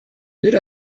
let